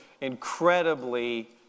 incredibly